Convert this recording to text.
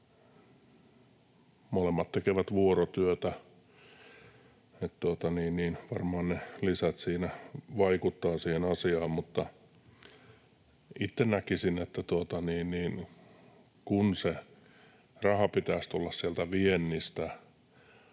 Molemmat tekevät vuorotyötä, joten varmaan ne lisät siinä vaikuttavat siihen asiaan. Mutta itse näkisin, että kun se raha pitäisi tulla sieltä viennistä,